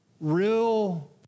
Real